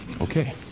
Okay